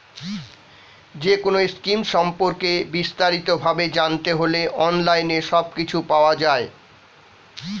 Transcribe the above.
যেকোনো স্কিম সম্পর্কে বিস্তারিত ভাবে জানতে হলে অনলাইনে সবকিছু পাওয়া যায়